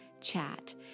chat